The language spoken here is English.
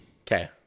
okay